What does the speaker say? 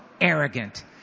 arrogant